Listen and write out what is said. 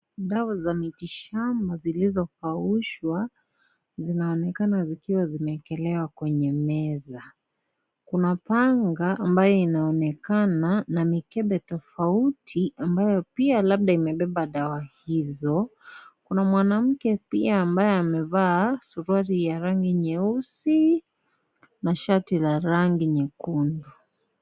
Dawa za miti shamba zilizokaushwa, zinaonekana zikiwa zimeekelewa kwenye meza. Kuna panga ambayo inaonekana na mikepe tofauti ambayo pia labda imebeba dawa hizo. Kuna mwanamke pia ambaye amevaa suruali ya rangi nyeusi na shati la rangi nyekundu.